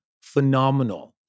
phenomenal